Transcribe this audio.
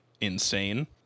insane